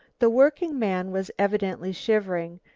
the workingman was evidently shivering,